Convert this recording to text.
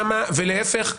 ולהיפך.